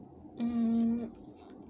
mm